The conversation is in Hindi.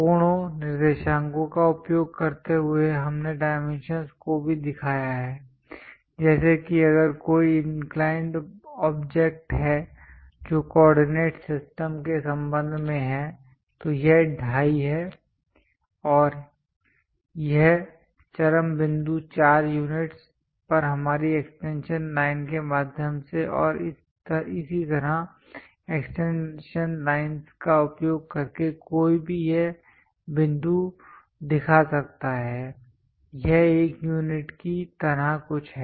कोणों निर्देशांकों का उपयोग करते हुए हमने डाइमेंशंस को भी दिखाया है जैसे कि अगर कोई इंक्लाइंड ऑब्जेक्ट है जो कोऑर्डिनेट सिस्टम के संबंध में है तो यह 25 है और यह चरम बिंदु 4 यूनिट्स पर हमारी एक्सटेंशन लाइंस के माध्यम से और इसी तरह एक्सटेंशन लाइंस का उपयोग करके कोई भी यह बिंदु दिखा सकता है यह 1 यूनिट की तरह कुछ है